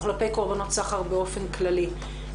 וכלפי קורבנות סחר באופן כללי.